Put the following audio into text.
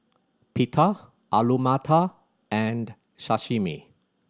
Pita Alu Matar and Sashimi